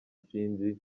sinzi